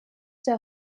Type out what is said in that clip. der